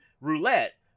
roulette